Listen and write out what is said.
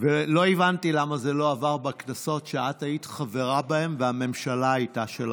ולא הבנתי למה זה לא עבר בכנסות שאת היית חברה בהן והממשלה הייתה שלך.